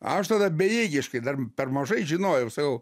aš tada bejėgiškai dar per mažai žinojau sakau